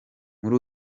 muri